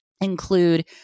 include